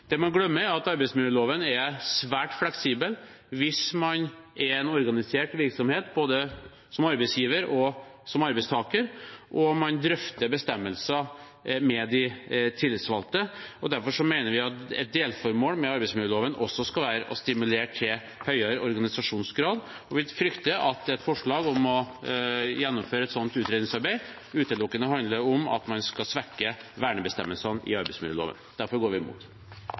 Det man glemmer, er at arbeidsmiljøloven er svært fleksibel hvis man er i en organisert virksomhet, både som arbeidsgiver og som arbeidstaker, og man drøfter bestemmelser med de tillitsvalgte. Derfor mener vi at et delformål med arbeidsmiljøloven også skal være å stimulere til høyere organisasjonsgrad. Vi frykter at et forslag om å gjennomføre et slikt utredningsarbeid utelukkende handler om at man skal svekke vernebestemmelsene i arbeidsmiljøloven. Derfor går vi